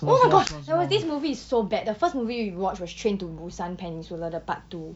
oh my gosh there was this movie it's so bad the first movie we watch was train to busan peninsula the part two